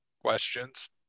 Questions